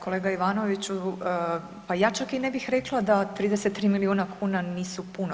Kolega Ivanoviću pa ja čak i ne bih rekla da 33 milijuna kuna nisu puno.